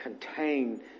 contain